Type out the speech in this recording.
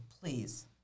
Please